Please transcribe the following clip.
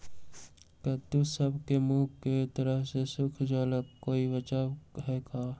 कददु सब के मुँह के तरह से सुख जाले कोई बचाव है का?